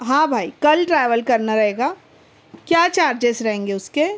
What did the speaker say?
ہاں بھائی کل ٹریویل کرنا رہے گا کیا چارجیز رہیں گے اس کے